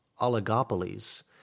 oligopolies